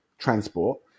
transport